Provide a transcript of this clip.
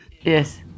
yes